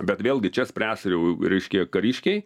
bet vėlgi čia spręs jau reiškia kariškiai